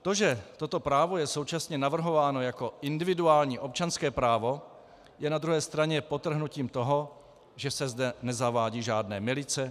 To, že toto právo je současně navrhováno jako individuální občanské právo, je na druhé straně podtrhnutím toho, že se zde nezavádějí žádné milice.